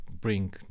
bring